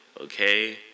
okay